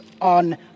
on